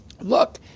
look